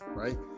right